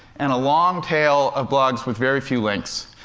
and a long tail of blogs with very few links.